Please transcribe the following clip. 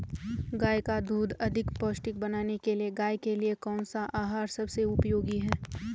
गाय का दूध अधिक पौष्टिक बनाने के लिए गाय के लिए कौन सा आहार सबसे उपयोगी है?